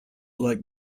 like